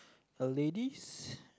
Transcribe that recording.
a ladies